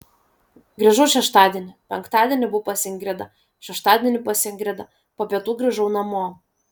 grįžau šeštadienį penktadienį buvau pas ingridą šeštadienį pas ingridą po pietų grįžau namo